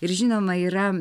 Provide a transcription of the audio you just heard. ir žinoma yra